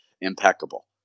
impeccable